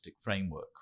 framework